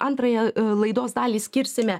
antrąją laidos dalį skirsime